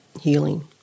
healing